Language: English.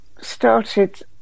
started